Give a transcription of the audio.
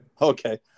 Okay